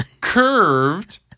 Curved